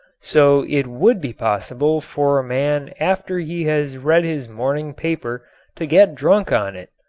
so it would be possible for a man after he has read his morning paper to get drunk on it.